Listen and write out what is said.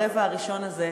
ברבע הראשון הזה,